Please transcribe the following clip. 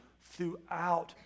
throughout